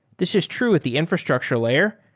this is true with the infrastructure layer.